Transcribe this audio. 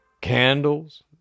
candles